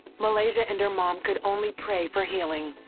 malaysia and her mom could only pray for healing.